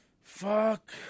Fuck